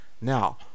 Now